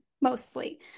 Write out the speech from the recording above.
mostly